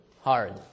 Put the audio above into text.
hard